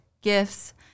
gifts